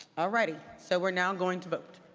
ah righty. so we're now going to vote.